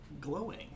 glowing